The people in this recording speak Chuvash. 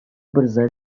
пырса